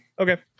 okay